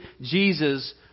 Jesus